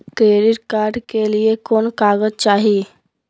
Credit card के लिए कौन कागज चाही?